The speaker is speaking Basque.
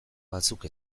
batzuk